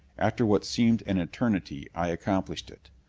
after what seemed an eternity i accomplished it.